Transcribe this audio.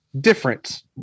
different